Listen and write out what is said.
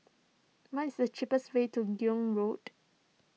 what is the cheapest way to Gul Road